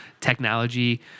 technology